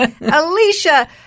Alicia